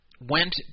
went